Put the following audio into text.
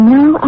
Now